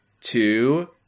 two